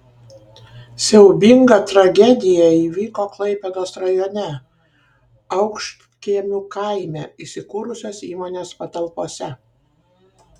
siaubinga tragedija įvyko klaipėdos rajone aukštkiemių kaime įsikūrusios įmonės patalpose